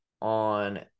on